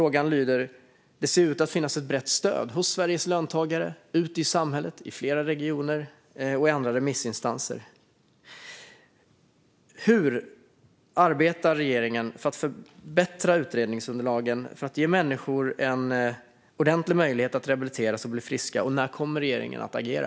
Det ser ut att finnas ett brett stöd hos Sveriges löntagare, ute i samhället, i flera regioner och hos andra remissinstanser. Hur arbetar regeringen för att förbättra utredningsunderlagen och ge människor en ordentlig möjlighet att rehabiliteras och bli friska? När kommer regeringen att agera?